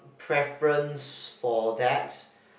preference for that